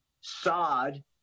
sod